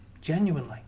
Genuinely